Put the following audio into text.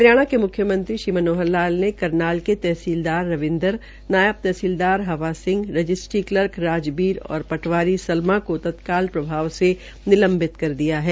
हरियाणा के मुख्यमंत्री मनोहर लाल ने करनाल के तहसीलदार रविन्द्र नायब तहसीलदार हवा सिंह रजिस्ट्री कलर्क राजबीर और पटवारी सलभा को तत्काल प्रभाव से निलंवित कर दिया है